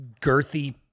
girthy